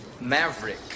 Maverick